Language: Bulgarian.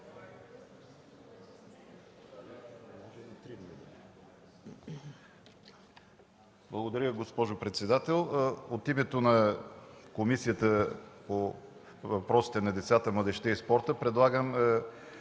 Благодаря, госпожо председател. От името на Комисията по въпросите на децата, младежта и спорта предлагам